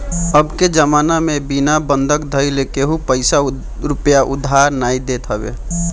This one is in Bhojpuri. अबके जमाना में बिना बंधक धइले केहू पईसा रूपया उधार नाइ देत हवे